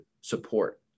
support